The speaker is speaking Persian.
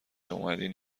واومدین